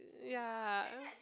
ya